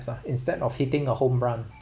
ah instead of hitting a home run